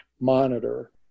monitor